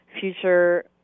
future